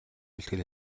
бэлтгэл